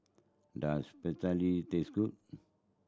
does Pretzel taste good